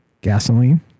gasoline